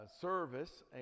service